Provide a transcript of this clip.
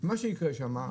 שיקרה שם,